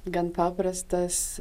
gan paprastas